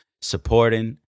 supporting